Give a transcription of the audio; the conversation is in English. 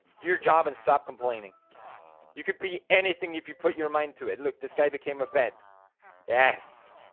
your job and stop complaining you could be anything if you put your mind to it look this guy became a bed yes